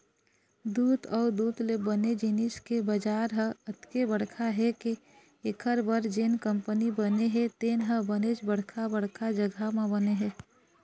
दूद अउ दूद ले बने जिनिस के बजार ह अतेक बड़का हे के एखर बर जेन कंपनी बने हे तेन ह बनेच बड़का बड़का जघा म बने हे